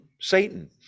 Satan